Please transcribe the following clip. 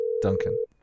Duncan